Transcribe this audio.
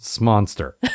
monster